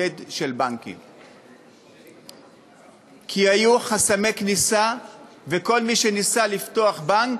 קטן של בנקים כי היו חסמי כניסה וכל מי שניסה לפתוח בנק,